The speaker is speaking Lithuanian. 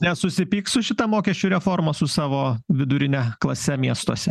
nesusipyks su šita mokesčių reforma su savo vidurine klase miestuose